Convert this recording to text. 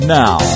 now